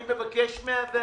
אני מבקש מהוועדה,